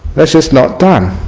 that's just not done.